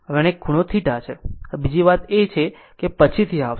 તો હવે બીજી વાત એ છે કે તે પછીથી આવશે